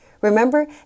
Remember